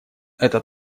это